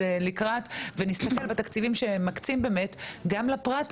לקראת ונסתכל בתקציבים שמקצים באמת גם לפרט,